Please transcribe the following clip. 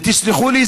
ותסלחו לי,